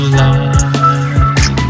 life